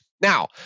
Now